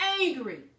angry